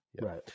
Right